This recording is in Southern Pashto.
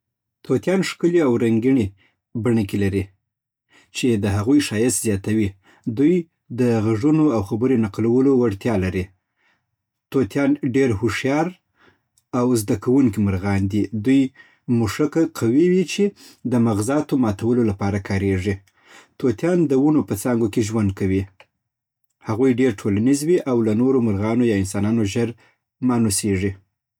طوطيان ښکلي او رنګین بڼکې لري چې د هغوی ښایست زیاتوي دوی د غږونو او خبرې نقلولو وړتیا لري. طوطيان ډېر هوښیار او زده کوونکي مرغان دي دوی مښوکه قوي وي چې د مغزاتو ماتولو لپاره کارېږي. طوطيان د ونو په څانګو کې ژوند کوي هغوی ډېر ټولنیز وي او له نورو مرغانو یا انسانانو ژر مانوسېږي.